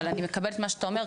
אבל אני מקבלת מה שאתה אומר.